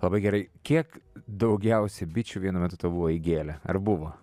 labai gerai kiek daugiausia bičių vienu metu tau buvo įgėlę ar buvo